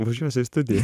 važiuosiu į studiją